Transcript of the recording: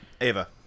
Ava